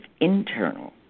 internal